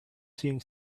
seeing